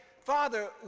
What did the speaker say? Father